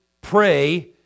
pray